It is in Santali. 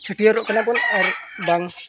ᱪᱷᱟᱹᱴᱭᱟᱹᱨᱚᱜ ᱠᱟᱱᱟ ᱵᱚᱱ ᱟᱨ ᱵᱟᱝ